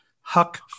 Huck